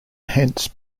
hence